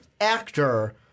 actor